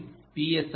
ஓவின் பி